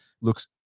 looks